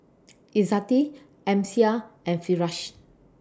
Izzati Amsyar and Firash